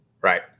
Right